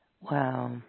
Wow